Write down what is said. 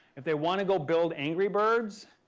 if they want to go build angry birds,